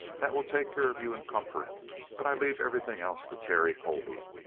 that will take care of you in comfort but i leave everything else to terry colby.